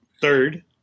third